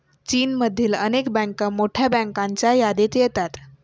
चीनमधील अनेक बँका मोठ्या बँकांच्या यादीत येतात